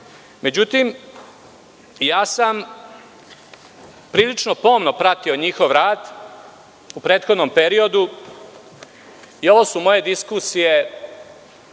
Međutim, prilično sam pomno pratio njihov rad u prethodnom periodu i ovo su moje diskusije